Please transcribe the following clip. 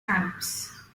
alps